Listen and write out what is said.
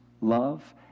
love